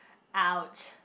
ouch